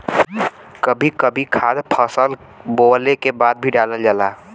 कभी कभी खाद फसल बोवले के बाद भी डालल जाला